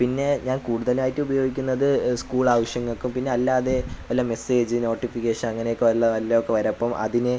പിന്നെ ഞാൻ കൂടുതലായിട്ട് ഉപയോഗിക്കുന്നത് സ്കൂൾ ആവശ്യങ്ങള്ക്കും പിന്നല്ലാതെ വല്ല മെസ്സേജ് നോട്ടിഫിക്കേഷൻ അങ്ങനെയൊക്കെ വല്ല വല്ലതുമൊക്കെ വരും അപ്പോള് അതിന്